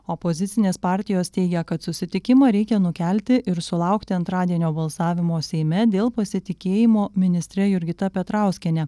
opozicinės partijos teigia kad susitikimą reikia nukelti ir sulaukti antradienio balsavimo seime dėl pasitikėjimo ministre jurgita petrauskiene